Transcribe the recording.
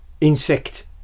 insect